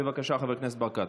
בבקשה, חבר הכנסת ברקת.